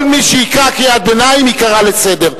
כל מי שיקרא קריאת ביניים ייקרא לסדר.